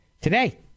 Today